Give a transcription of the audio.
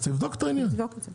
תבדוק את העניין.